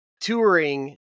touring